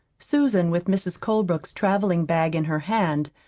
susan, with mrs. colebrook's traveling-bag in her hand,